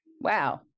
Wow